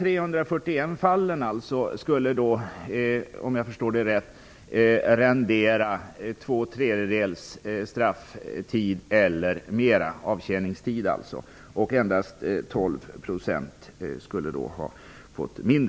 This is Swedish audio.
341 fall skulle alltså, om jag förstår det hela rätt, rendera två tredjedelar av strafftiden eller längre avtjäningstid, och endast 12 % skulle få kortare tid.